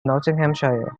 nottinghamshire